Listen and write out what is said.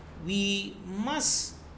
we must